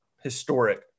historic